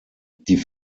die